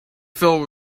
filled